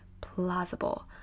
plausible